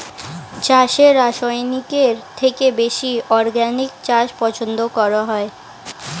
চাষে রাসায়নিকের থেকে বেশি অর্গানিক চাষ পছন্দ করা হয়